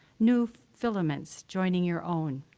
new filaments joining your own,